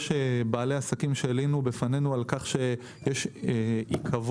יש בעלי עסקים שהלינו בפנינו על כך שיש עיכבון,